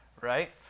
right